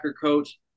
coach